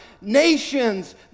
nations